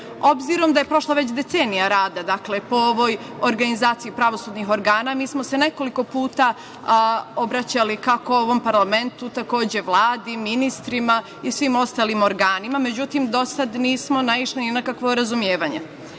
Tutin. Obzirom da je prošla već decenija rada po ovoj organizaciji pravosudnih organa, mi smo se nekoliko puta obraćali, kako ovom parlamentu, takođe Vladi, ministrima i svim ostalim organima, ali do sada nismo naišli ni na kakvo